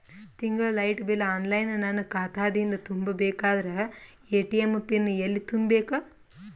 ತಿಂಗಳ light bill online ನನ್ನ ಖಾತಾ ದಿಂದ ತುಂಬಾ ಬೇಕಾದರ ಎ.ಟಿ.ಎಂ ಪಿನ್ ಎಲ್ಲಿ ತುಂಬೇಕ?